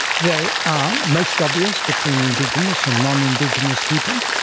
they are most obvious between indigenous and non-indigenous people.